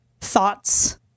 thoughts